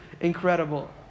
incredible